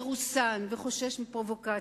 מרוסן וחושש מפרובוקציות.